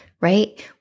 right